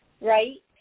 right